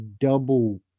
double